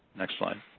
next slide.